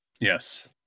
Yes